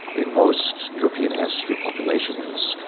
in most european ancestry populations,